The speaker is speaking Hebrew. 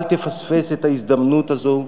אל תפספס את ההזדמנות הזאת.